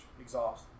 exhaust